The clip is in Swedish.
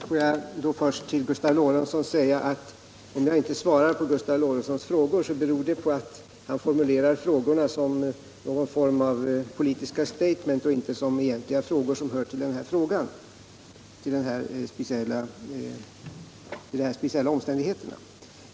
Herr talman! Får jag först säga till Gustav Lorentzon, att när jag inte svarade på hans frågor så berodde det på att han formulerade frågorna som någon form av politiska statements, inte som egentliga frågor som rör vad vi nu diskuterar.